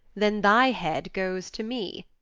then thy head goes to me.